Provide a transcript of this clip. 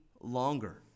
longer